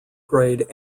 grade